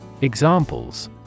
Examples